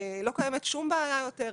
לא קיימת שוב בעיה יותר,